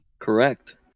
Correct